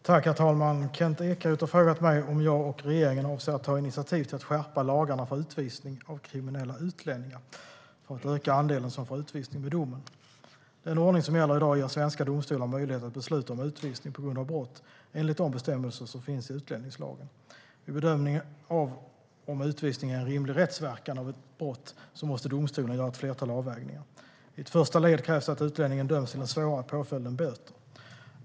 Herr talman! Kent Ekeroth har frågat mig om jag och regeringen avser att ta initiativ till att skärpa lagarna för utvisning av kriminella utlänningar för att öka andelen som får utvisning med domen. Den ordning som gäller i dag ger svenska domstolar möjlighet att besluta om utvisning på grund av brott enligt de bestämmelser som finns i utlänningslagen. Vid bedömningen av om utvisning är en rimlig rättsverkan av ett brott måste domstolen göra ett flertal avvägningar. I ett första led krävs det att utlänningen döms till en svårare påföljd än böter.